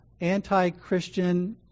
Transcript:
anti-Christian